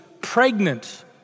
pregnant